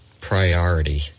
priority